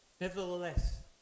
Nevertheless